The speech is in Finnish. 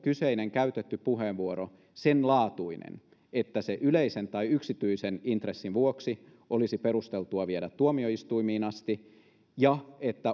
kyseinen käytetty puheenvuoro senlaatuinen että se yleisen tai yksityisen intressin vuoksi olisi perusteltua viedä tuomioistuimiin asti ja